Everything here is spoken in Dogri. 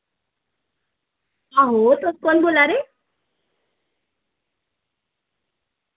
आहो तुस कौन बोल्ला दे